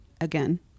Again